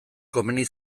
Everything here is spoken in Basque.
komeni